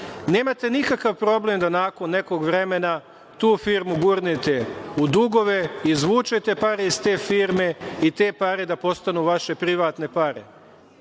nemate nikakav problem da nakon nekog vremena tu firmu gurnete u dugove, izvučete pare iz te firme i te pare da postanu vaše privatne pare.